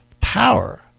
Power